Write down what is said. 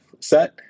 set